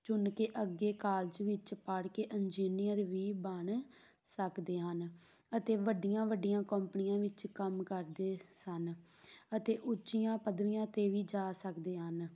ਚੁਣ ਕੇ ਅੱਗੇ ਕਾਲਜ ਵਿੱਚ ਪੜ੍ਹ ਕੇ ਇੰਜੀਨੀਅਰ ਵੀ ਬਣ ਸਕਦੇ ਹਨ ਅਤੇ ਵੱਡੀਆਂ ਵੱਡੀਆਂ ਕੰਪਨੀਆਂ ਵਿੱਚ ਕੰਮ ਕਰਦੇ ਸਨ ਅਤੇ ਉੱਚੀਆਂ ਪਦਵੀਆਂ 'ਤੇ ਵੀ ਜਾ ਸਕਦੇ ਹਨ